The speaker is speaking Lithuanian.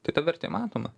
tai ta vertė matoma